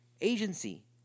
Agency